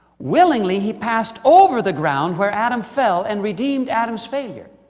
willingly he passed over the ground where adam fell, and redeemed adam's failure.